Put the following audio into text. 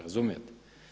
Razumijete?